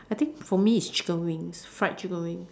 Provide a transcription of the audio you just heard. I think for me is chicken wings fried chicken wings